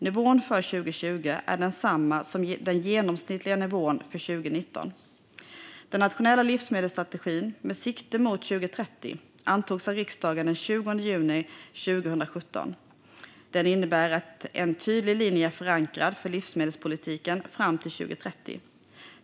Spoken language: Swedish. Nivån för 2020 är densamma som den genomsnittliga nivån för 2019. Den nationella livsmedelsstrategin med sikte mot år 2030 antogs av riksdagen den 20 juni 2017. Den innebär att en tydlig linje är förankrad för livsmedelspolitiken fram till 2030.